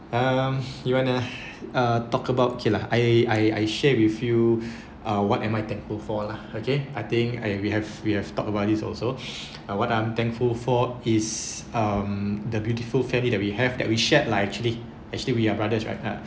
um you wanna uh talk about okay lah I I I share with you uh what am I thankful for lah okay I think we have we have talked about this also I what I'm thankful for is um the beautiful family that we have that we shared lah actually actually we are brothers right uh